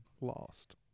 Lost